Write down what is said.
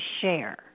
share